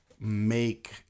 make